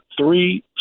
three